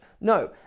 No